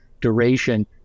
duration